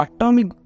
Atomic